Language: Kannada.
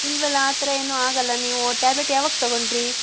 ಇಲ್ಲವಲ್ಲಾ ಆ ಥರ ಏನು ಆಗೋಲ್ಲ ನೀವು ಟ್ಯಾಬ್ಲೆಟ್ ಯಾವಾಗ ತೊಗೊಂಡ್ರಿ